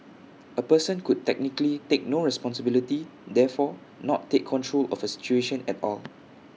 A person could technically take no responsibility therefore not take control of A situation at all